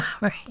Right